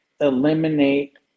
eliminate